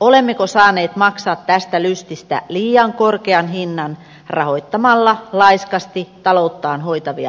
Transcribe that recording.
olemmeko saaneet maksaa tästä lystistä liian korkean hinnan rahoittamalla laiskasti talouttaan hoitavia euromaita